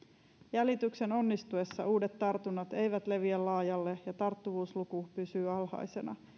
jäljityksen onnistuessa uudet tartunnat eivät leviä laajalle tarttuvuusluku pysyy alhaisena